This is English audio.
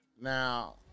Now